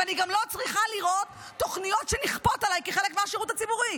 ואני גם לא צריכה לראות תוכניות שנכפות עליי כחלק מהשירות הציבורי.